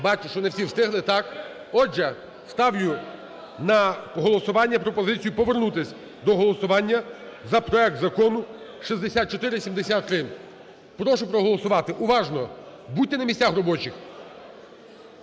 Бачу, що не всі встигли. Так? Отже, ставлю на голосування пропозицію повернутися до голосування за проект Закону 6473. Прошу проголосувати уважно. Будьте на місцях робочих.